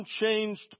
Unchanged